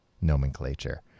nomenclature